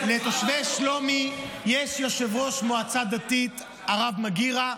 לתושבי שלומי יש יושב-ראש מועצה דתית הרב מגירה,